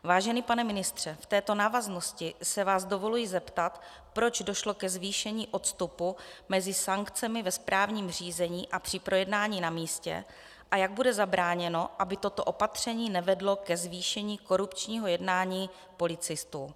Vážený pane ministře, v této návaznosti se vás dovoluji zeptat, proč došlo ke zvýšení odstupu mezi sankcemi ve správním řízení a při projednání na místě a jak bude zabráněno, aby toto opatření nevedlo ke zvýšení korupčního jednání policistů.